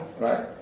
Right